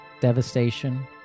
devastation